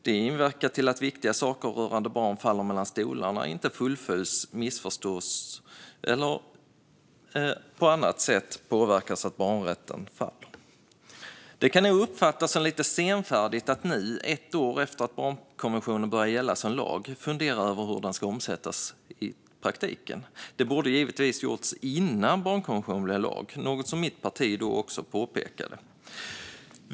Det inverkar på så sätt att viktiga saker rörande barn faller mellan stolarna, inte fullföljs, missförstås eller påverkas på annat sätt så att barnrätten faller. Det kan nog uppfattas som lite senfärdigt att nu, ett år efter att barnkonventionen började gälla som lag, fundera över hur den ska omsättas i praktiken. Det borde givetvis ha gjorts innan barnkonventionen blev lag, något som mitt parti då också påpekade.